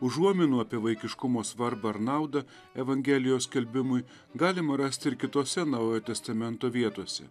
užuominų apie vaikiškumo svarbą ir naudą evangelijos skelbimui galima rasti ir kitose naujojo testamento vietose